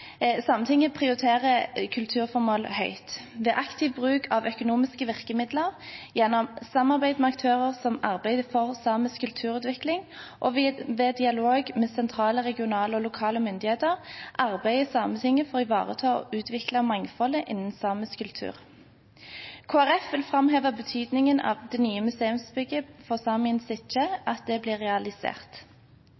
Sametinget prioriterer kulturformål høyt. Ved aktiv bruk av økonomiske virkemidler gjennom samarbeid med aktører som arbeider for samisk kulturutvikling, og ved dialog med sentrale, regionale og lokale myndigheter, arbeider Sametinget for å ivareta og utvikle mangfoldet innen samisk kultur. Kristelig Folkeparti vil framheve betydningen av at det nye museumsbygget for